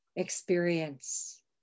experience